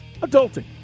Adulting